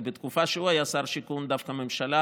כי בתקופה שהוא היה שר השיכון דווקא הממשלה